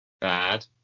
Bad